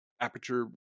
aperture